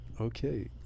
Okay